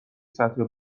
سطح